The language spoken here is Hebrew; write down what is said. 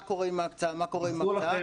מה קורה עם ההקצאה ומה קורה עם ההקצאה?